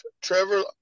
Trevor